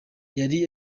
yari